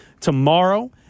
tomorrow